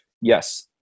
yes